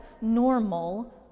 normal